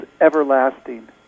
everlasting